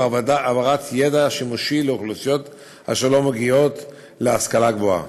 העברת ידע שימושי לאוכלוסיות אשר לא מגיעות להשכלה גבוהה.